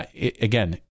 again